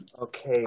Okay